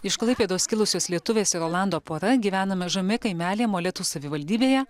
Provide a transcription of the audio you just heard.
iš klaipėdos kilusios lietuvės ir olando pora gyvena mažame kaimelyje molėtų savivaldybėje